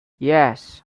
yes